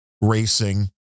racing